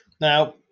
Now